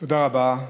תודה רבה,